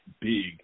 big